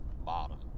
bottom